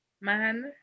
Man